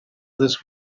this